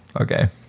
okay